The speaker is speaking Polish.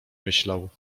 myślał